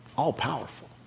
All-powerful